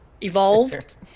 evolved